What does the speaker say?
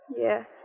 Yes